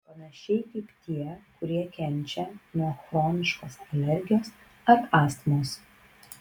panašiai kaip tie kurie kenčia nuo chroniškos alergijos ar astmos